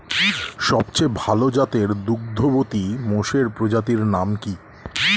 সবচেয়ে ভাল জাতের দুগ্ধবতী মোষের প্রজাতির নাম কি?